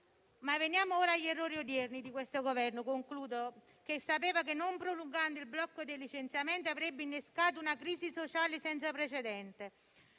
Ma veniamo ora agli errori odierni di questo Governo, che sapeva che, non prolungando il blocco dei licenziamenti, avrebbe innescato una crisi sociale senza precedenti,